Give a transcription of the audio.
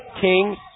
King